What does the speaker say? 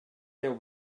déu